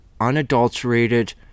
unadulterated